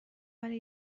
ولی